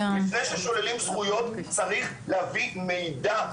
לפני ששוללים זכויות צריך להביא מידע.